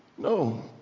no